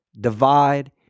divide